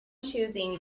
choosing